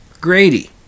Grady